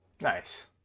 Nice